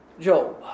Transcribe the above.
Job